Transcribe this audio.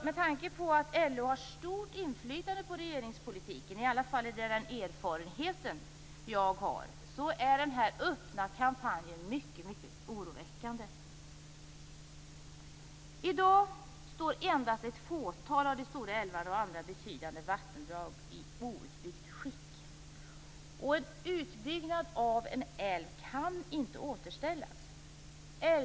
Med tanke på att LO har stort inflytande på regeringspolitiken, i alla fall enligt den erfarenhet jag har, är den öppna kampanjen mycket oroväckande. I dag står endast ett fåtal av de stora älvarna och andra betydande vattendrag i outbyggt skick. Efter en utbyggnad kan en älv inte återställas.